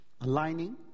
Aligning